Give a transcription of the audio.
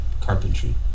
carpentry